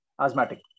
asthmatic